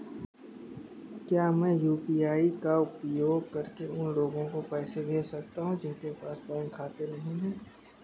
क्या मैं यू.पी.आई का उपयोग करके उन लोगों को पैसे भेज सकता हूँ जिनके पास बैंक खाता नहीं है?